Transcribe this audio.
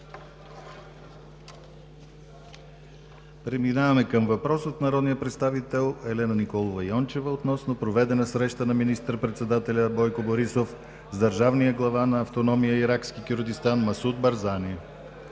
Преминаваме към въпрос от народния представител Елена Николова Йончева, относно проведена среща на министър-председателя Бойко Борисов с държавния глава на автономния Иракски Кюрдистан Масуд Барзани.